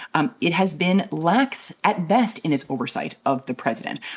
um it has been lax at best in its oversight of the president.